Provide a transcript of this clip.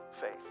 faith